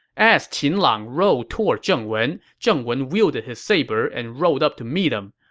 as qin lang rode toward zheng wen, zheng wen wielded his saber and rode up to meet him.